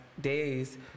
days